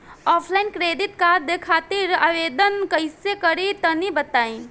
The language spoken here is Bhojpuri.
ऑफलाइन क्रेडिट कार्ड खातिर आवेदन कइसे करि तनि बताई?